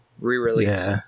re-release